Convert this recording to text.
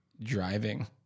driving